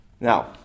Now